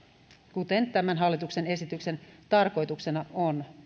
kuten tämän hallituksen esityksen tarkoituksena on